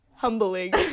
humbling